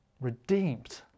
redeemed